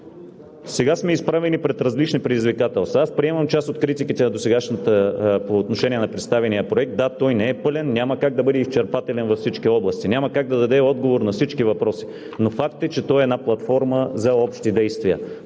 Сега сме изправени пред различни предизвикателства. Аз приемам част от критиките на досегашната по отношение на представения проект. Да, той не е пълен, няма как да бъде изчерпателен във всички области, няма как да даде отговор на всички въпроси, но факт е, че той е една платформа за общи действия,